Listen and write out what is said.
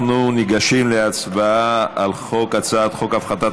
אנחנו ניגשים להצבעה על הצעת חוק הפחתת